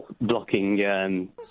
blocking